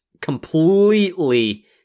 completely